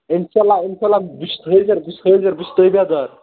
اِنشااللہ اِنشااللہ بہٕ چھُس حأضِر بہٕ چھُس حأضِر بہٕ چھُس تابعدار